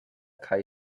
kaj